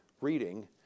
reading